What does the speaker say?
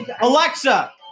Alexa